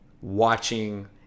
watching